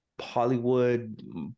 Hollywood